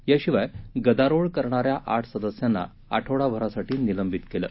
याशिवाय गदारोळ करणाऱ्या आठ सदस्यांना आठवडाभरासाठी निलंबित केलं